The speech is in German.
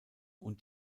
und